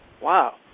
Wow